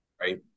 right